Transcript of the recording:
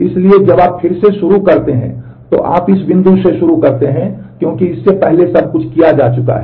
इसलिए जब आप फिर से शुरू करते हैं तो आप इस बिंदु से शुरू करते हैं क्योंकि इससे पहले सब कुछ किया जा चुका है